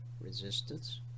resistance